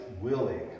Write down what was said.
willing